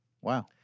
wow